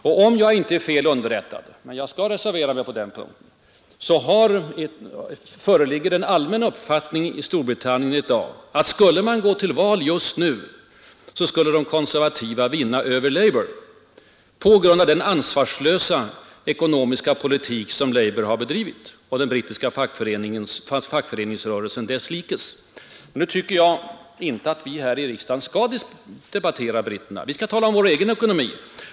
Och om jag inte är fel underrättad — men jag skall reservera mig på den punkten — föreligger en allmänn uppfattning i Storbritannien i dag, att skulle man gå till val just nu så skulle de konservativa vinna över labour på grund av den ansvarslösa ekonomiska politik som labour har bedrivit och den brittiska fackföreningsrörelsen desslikes. Men nu tycker jag inte att vi i vår riksdag skall debattera britterna. Vi skall tala om vår egen ekonomi.